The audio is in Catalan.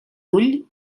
ull